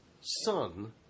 son